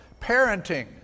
parenting